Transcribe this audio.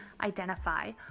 identify